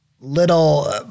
little